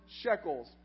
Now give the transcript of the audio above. shekels